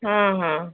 ହଁ ହଁ